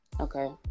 Okay